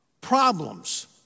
Problems